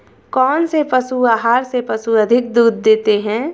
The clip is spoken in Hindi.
कौनसे पशु आहार से पशु अधिक दूध देते हैं?